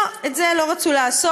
לא, את זה לא רצו לעשות.